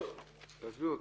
תסביר מה